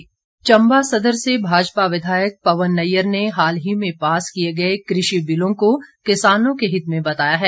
पवन नैयर चंबा सदर से भाजपा विधायक पवन नैयर ने हाल ही में पास किए गए कृषि बिलों को किसानों के हित में बताया है